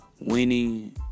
Winning